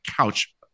couch